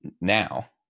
now